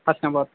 Hasnabad